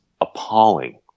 appalling